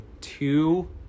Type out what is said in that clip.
two